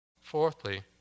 fourthly